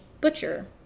Butcher